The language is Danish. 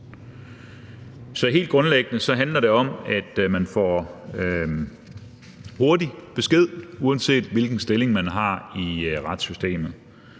Så helt grundlæggende handler det om, at man får hurtig besked, uanset hvilken stilling man har i retssystemet.